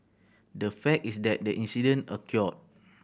the fact is that the incident occurred